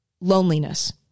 loneliness